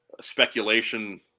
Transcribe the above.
speculation